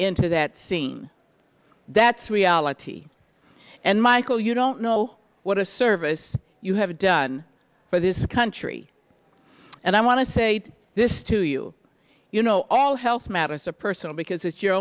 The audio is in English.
into that scene that's reality and michael you don't know what a service you have done for this country and i want to say this to you you know all health matters a personal because it's your